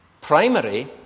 Primary